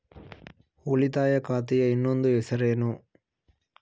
ಉಳಿತಾಯ ಖಾತೆಯ ಇನ್ನೊಂದು ಹೆಸರೇನು?